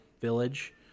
village